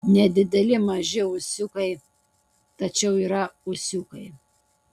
nedideli maži ūsiukai tačiau yra ūsiukai